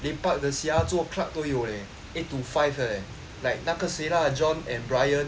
lepak 的 sia 做 clerk 都有 leh eight to five eh like 那个谁啦 john and bryan